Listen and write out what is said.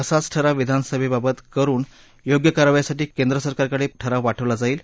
असाच ठराव विधानसभेतबाबत करुन योग्य कारवाईसाठी केंद्राकडे ठराव पाठवला जाईल